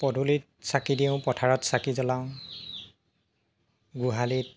পদূলিত চাকি দিওঁ পথাৰত চাকি জ্বলাওঁ গোহালিত